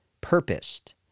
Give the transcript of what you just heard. purposed